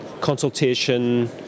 consultation